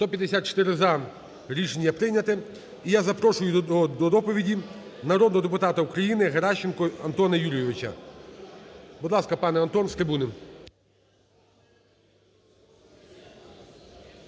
За-154 Рішення прийняте. І я запрошую до доповіді народного депутата України Геращенка Антона Юрійовича. Будь ласка, пане Антон, з трибуни.